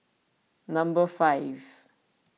number five